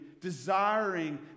desiring